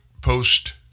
post